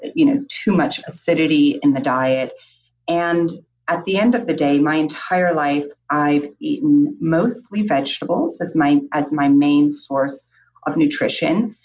you know too much acidity in the diet and at the end of the day, my entire life i've eaten mostly vegetables as my as my main source of nutrition.